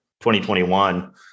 2021